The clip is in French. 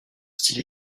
style